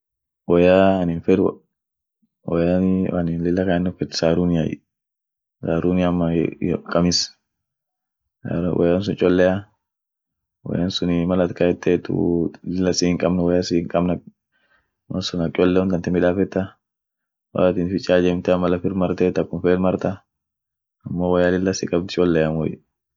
Woyaa anin fed, woyanii anin lilla kayenno fed saruniay, saruni ama iyo kamis, woyan sun chollea, woyan sunii mal at kayetetuu lilla si hinkabn malsun, woya si hinkabn malsun ak cholle won tante midafeta, woatin fichan ijemte ama laffir marteet akum feet marta amo woya lilla sikabd cholleamuey.